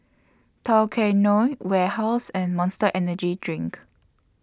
Tao Kae Noi Warehouse and Monster Energy Drink